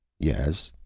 yes,